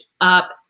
up